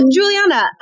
Juliana